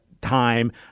time